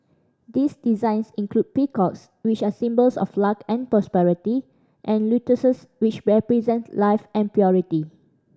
this designs include peacocks which are symbols of luck and prosperity and lotuses which represent life and